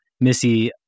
Missy